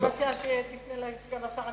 אני מציעה שתפנה אל סגן השר.